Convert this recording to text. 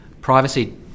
privacy